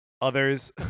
others